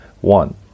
One